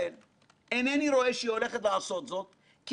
להסתכל בעיניים ולומר: